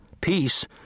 Peace